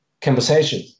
conversation